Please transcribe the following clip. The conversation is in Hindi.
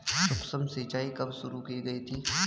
सूक्ष्म सिंचाई कब शुरू की गई थी?